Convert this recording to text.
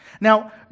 Now